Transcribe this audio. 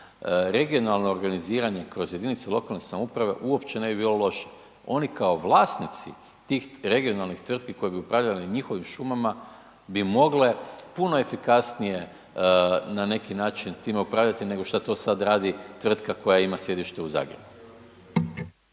regionalno organiziranje kroz jedinice lokalne samouprave uopće ne bi bilo loše, oni kao vlasnici tih regionalnih tvrtki koje bi upravljale njihovim šumama bi mogle puno efikasnije na neki način time upravljati nego šta to sad radi tvrtka koja ima sjedište u Zagrebu.